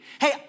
Hey